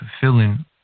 fulfilling